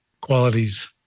qualities